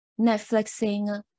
Netflixing